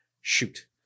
Shoot